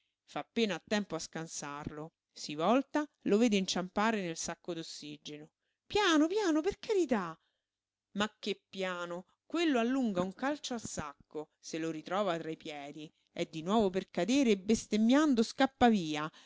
fa appena a tempo a scansàrlo si volta lo vede inciampare nel sacco d'ossigeno piano piano per carità ma che piano quello allunga un calcio al sacco se lo ritrova tra i piedi è di nuovo per cadere e bestemmiando scappa via